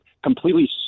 Completely